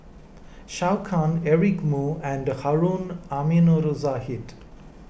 Zhou Can Eric Moo and Harun Aminurrashid